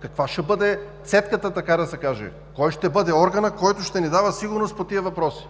Каква ще бъде цедката, така да се каже? Кой ще бъде органът, който ще ни дава сигурност по тези въпроси?